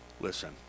listen